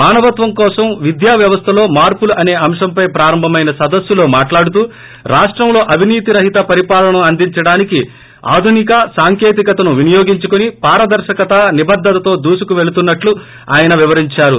మానవత్వం కోసం విద్యా వ్యవస్థలో మార్పులు అసే అంశంపై ప్రారంభమైన సదస్నులో మాట్లాడుతూ రాష్టంలో అవినీతి రహిత పరిపాలనను అందించడానికి ఆధునిక సాంకేతికతను వినియోగించుకుని పారదర్చకత నిబద్గతతో దూసుకు పెళుతునట్లు ఆయన వివరించారు